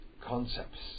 concepts